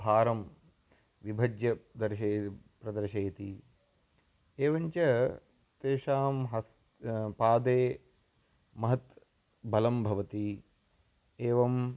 भारं विभज्य दर्शयेद् प्रदर्शयति एवञ्च तेषां हस्तः पादे महत् बलं भवति एवं